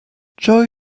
joy